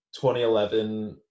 2011